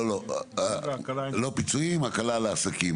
לא פיצויים אלא הקלה על העסקים.